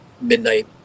midnight